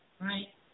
right